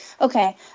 Okay